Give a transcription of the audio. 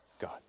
God